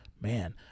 Man